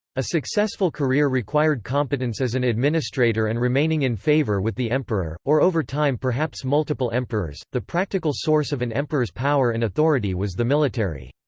a successful career required competence as an administrator and remaining in favour with the emperor, or over time perhaps multiple emperors the practical source of an emperor's power and authority was the military.